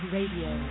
Radio